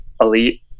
elite